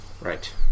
Right